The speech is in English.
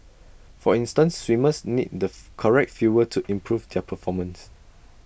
for instance swimmers need the correct fuel to improve their performance